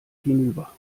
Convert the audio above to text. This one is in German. hinüber